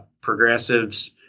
progressives